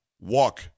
walk